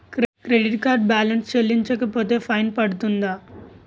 Credit card balance చెల్లించకపోతే fine పడ్తుంద?